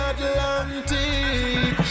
Atlantic